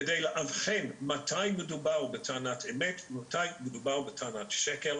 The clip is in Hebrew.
כדי לאבחן מתי מדובר בטענת אמת ומתי מדובר בטענת שקר.